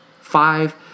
Five